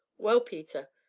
well, peter,